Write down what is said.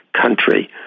country